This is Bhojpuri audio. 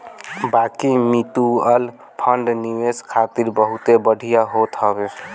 बाकी मितुअल फंड निवेश खातिर बहुते बढ़िया होत हवे